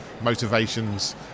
motivations